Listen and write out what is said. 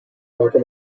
market